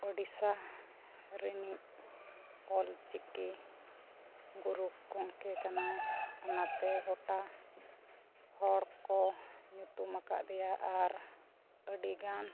ᱳᱰᱤᱥᱟ ᱨᱮᱱᱤᱡ ᱚᱞ ᱪᱤᱠᱤ ᱜᱩᱨᱩ ᱜᱚᱢᱠᱮ ᱠᱟᱱᱟᱭ ᱚᱱᱟᱛᱮ ᱜᱚᱴᱟ ᱦᱚᱲ ᱠᱚ ᱧᱩᱛᱩᱢ ᱟᱠᱟᱫᱮᱭᱟ ᱟᱨ ᱟᱹᱰᱤ ᱜᱟᱱ